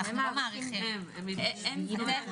הם מאריכים בלעדינו.